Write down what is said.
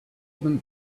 them